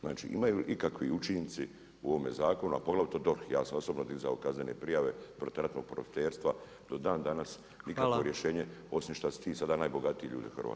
Znači imaju li ikakvi učinci u ovome zakonu, a poglavito DORH ja sa osobno dizao kaznene prijave protiv ratnog profiterstva do dan danas nikakvo rješenje osim šta su ti sada najbogatiji ljudi u Hrvatskoj.